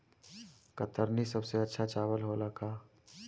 कतरनी सबसे अच्छा चावल होला का?